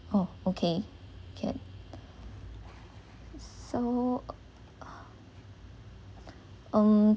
oh okay can so um